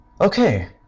Okay